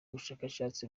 bushakashatsi